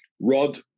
Rod